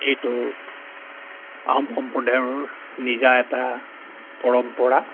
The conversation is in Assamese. এইটো আহোম সম্প্ৰদায়ৰ নিজা এটা পৰম্পৰা